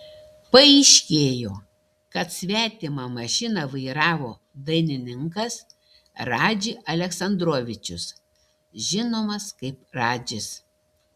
paaiškėjo kad svetimą mašiną vairavo dainininkas radži aleksandrovičius žinomas kaip radžis